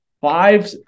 five